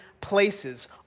places